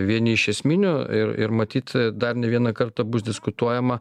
vieni iš esminių ir ir matyt dar ne vieną kartą bus diskutuojama